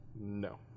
no